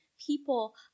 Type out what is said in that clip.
people